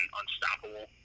unstoppable